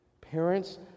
Parents